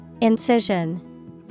Incision